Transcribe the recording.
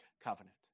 covenant